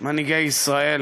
מנהיגי ישראל